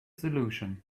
solution